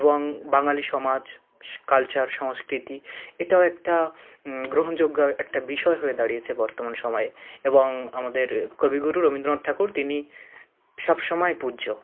এবং বাঙালি সমাজ কালচার সংস্কৃতি এটাও একটা গ্রহণযোগ্য একটা বিষয় হয়ে দাঁড়িয়েছে বর্তমান সময়ে এবং আমাদের কবিগুরু রবীন্দ্রনাথ ঠাকুর তিনি সবসময় পূজ্য